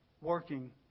working